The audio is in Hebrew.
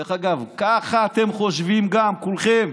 דרך אגב, ככה אתם חושבים גם, כולכם.